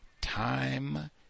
time